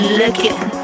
looking